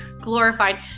glorified